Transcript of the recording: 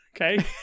Okay